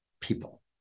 people